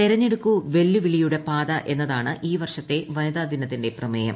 തെരഞ്ഞെടുക്കൂ വെല്ലുവിളിയുടെ പാത എന്നതാണ് ഈ വർഷത്തെ വനിതാ ദിനത്തിന്റെ പ്രമേയം